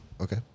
Okay